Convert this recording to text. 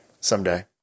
Someday